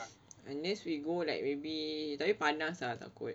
and this we go like maybe tapi panas ah takut